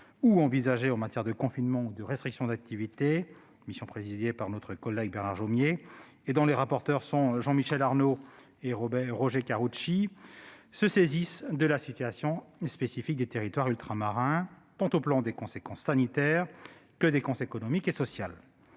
ou envisagées en matière de confinement ou de restrictions d'activités- la mission est présidée par notre collègue Bernard Jomier et ses rapporteurs sont Jean-Michel Arnaud et Roger Karoutchi -se saisisse de la situation spécifique des territoires ultramarins pour en examiner les conséquences tant sanitaires qu'économiques et sociales.